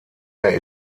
der